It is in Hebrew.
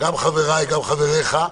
גם חבריי, גם חבריך,